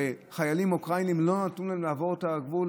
וחיילים אוקראינים לא נתנו להם לעבור את הגבול.